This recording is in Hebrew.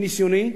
מניסיוני,